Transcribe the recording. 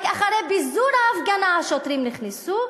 רק אחרי פיזור ההפגנה השוטרים נכנסו,